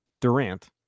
Durant